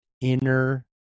inner